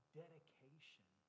dedication